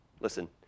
Listen